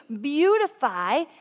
beautify